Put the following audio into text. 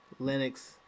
Linux